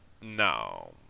No